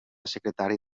secretari